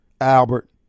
Albert